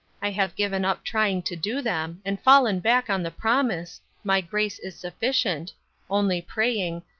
i have given up trying to do them, and fallen back on the promise, my grace is sufficient only praying,